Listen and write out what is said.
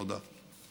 תודה.